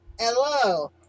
hello